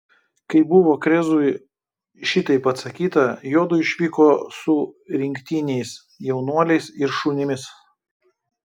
kai buvo krezui šitaip atsakyta juodu išvyko su rinktiniais jaunuoliais ir šunimis